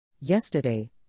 Yesterday